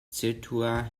ceuta